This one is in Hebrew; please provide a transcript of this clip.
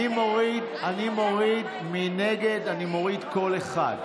אני מוריד מנגד קול אחד.